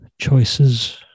choices